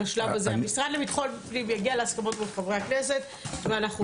המשרד לביטחון הפנים יגיע להסכמות מול חברי הכנסת ואנחנו נתקדם.